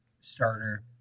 starter